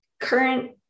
current